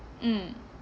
mm